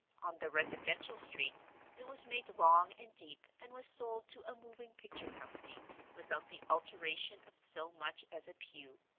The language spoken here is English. on the residential street it was made long and deep and was sold to a moving-picture company without the alteration of so much as a pew.